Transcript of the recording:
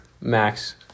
Max